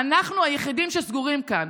אנחנו היחידים שסגורים כאן.